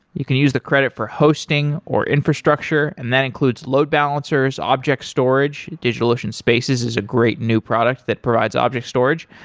you can use the credit for hosting, or infrastructure and that includes load balancers, object storage, digitalocean spaces is a great new product that provides object storage,